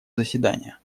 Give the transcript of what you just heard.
заседания